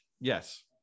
yes